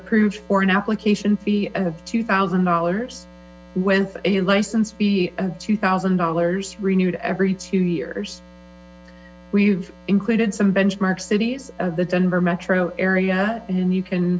approved for an application fee of two thousand dollars with a license fee of two thousand dollars renewed every two years we've included some benchmark cities the denver metro area and you can